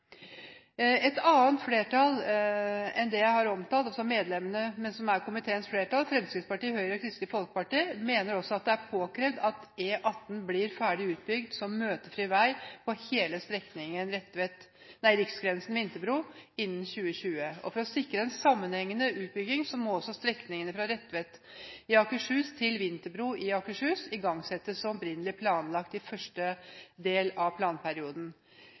Et annet flertall enn det jeg har omtalt – medlemmene fra Fremskrittspartiet, Høyre og Kristelig Folkeparti – mener også at det er påkrevd at E18 blir ferdig utbygd som møtefri vei på hele strekningen Riksgrensen–Vinterbro innen 2020. For å sikre en sammenhengende utbygging må også strekningen fra Retvet i Akershus til Vinterbro i Akershus igangsettes som opprinnelig planlagt i første del av planperioden.